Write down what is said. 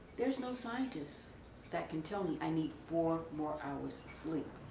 there's no scientist that can tell me i need four more hours sleep.